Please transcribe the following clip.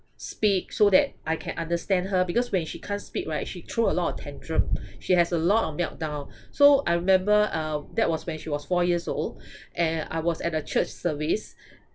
speak so that I can understand her because when she can't speak right she throw a lot of tantrum she has a lot of meltdown so I remember uh that was when she was four years old and I was at a church service